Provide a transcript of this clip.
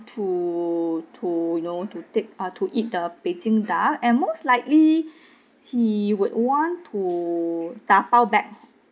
to to you know to take ah to eat the beijing duck and most likely he would want dabao back